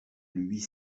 huit